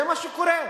זה מה שקורה,